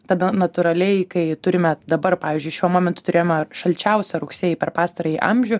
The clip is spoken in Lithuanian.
tada natūraliai kai turime dabar pavyzdžiui šiuo momentu turėjome šalčiausią rugsėjį per pastarąjį amžių